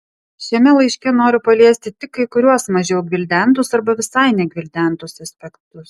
šiame laiške noriu paliesti tik kai kuriuos mažiau gvildentus arba visai negvildentus aspektus